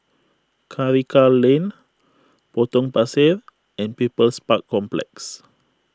Karikal Lane Potong Pasir and People's Park Complex